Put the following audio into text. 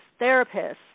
therapists